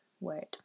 word